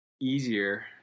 Easier